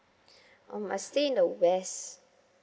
um I'm stay in the west